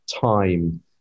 time